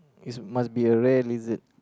is must be a rare lizard